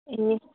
ए